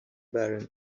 baron